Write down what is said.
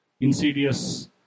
insidious